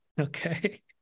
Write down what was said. Okay